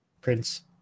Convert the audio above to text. Prince